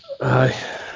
Aye